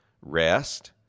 rest